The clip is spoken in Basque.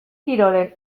kirolen